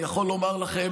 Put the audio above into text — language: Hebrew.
אני יכול לומר לכם